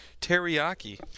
teriyaki